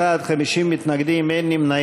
בעד, 61, 50 מתנגדים, אין נמנעים.